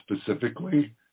specifically